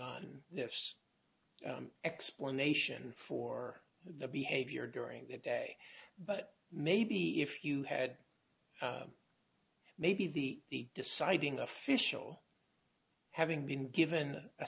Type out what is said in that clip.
on this explanation for the behavior during the day but maybe if you had maybe the deciding official having been given a